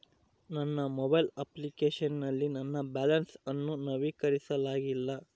ನನ್ನ mobile application ನಲ್ಲಿ ನನ್ನ ಬ್ಯಾಲೆನ್ಸ್ ಅನ್ನು ನವೀಕರಿಸಲಾಗಿಲ್ಲ